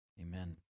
amen